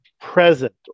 present